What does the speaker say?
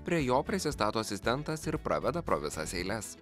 prie jo prisistato asistentas ir praveda pro visas eiles